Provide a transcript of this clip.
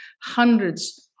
hundreds